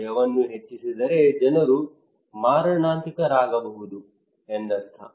ಭಯವನ್ನು ಹೆಚ್ಚಿಸಿದರೆ ಜನರು ಮಾರಣಾಂತಿಕರಾಗಬಹುದು ಎಂದರ್ಥ